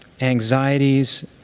anxieties